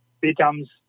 becomes